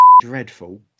dreadful